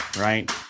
right